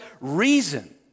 reason